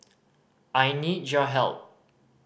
I need your help